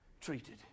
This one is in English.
treated